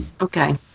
Okay